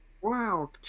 Wow